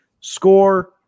score